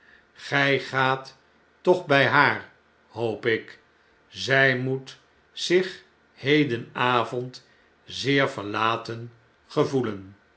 gij gaat toch bjj haar hoop ik zjj moet zich hedenavond zeer verlaten gevoelen